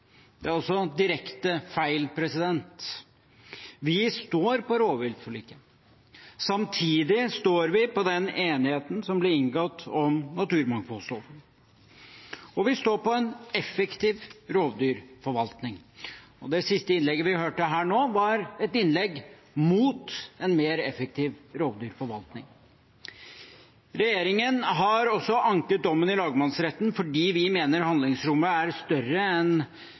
Det er også direkte feil. Vi står på rovviltforliket. Samtidig står vi på den enigheten som ble inngått om naturmangfoldloven, og vi står på en effektiv rovdyrforvaltning. Det siste innlegget vi hørte her nå, var et innlegg mot en mer effektiv rovdyrforvaltning. Regjeringen har også anket dommen i lagmannsretten fordi vi mener handlingsrommet er større enn